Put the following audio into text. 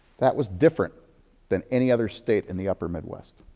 that was different than any other state in the upper midwest.